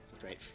Great